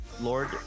Lord